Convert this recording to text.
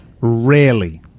Rarely